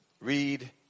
read